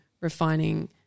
refining